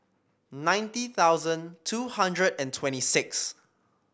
ninety thousand two hundred and twenty six